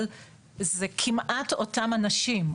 אבל זה כמעט אותם אנשים.